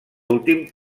últim